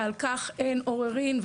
ועל כך אין עוררין,